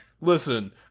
Listen